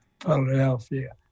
Philadelphia